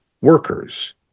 workers